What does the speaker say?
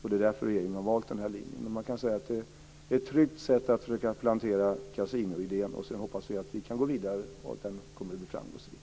Det är därför regeringen har valt den linjen. Det är ett tryggt sätt att försöka plantera kasinoidéen, sedan hoppas jag att vi kan gå vidare och att den kan bli framgångsrik.